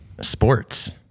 sports